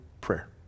prayer